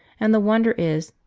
and the wonder is,